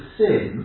sin